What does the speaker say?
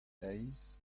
eizh